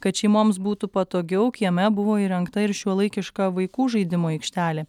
kad šeimoms būtų patogiau kieme buvo įrengta ir šiuolaikiška vaikų žaidimų aikštelė